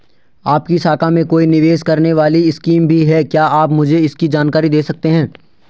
आपकी शाखा में कोई निवेश करने वाली स्कीम भी है क्या आप मुझे इसकी जानकारी दें सकते हैं?